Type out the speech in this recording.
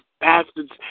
bastards